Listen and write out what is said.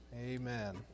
Amen